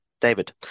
david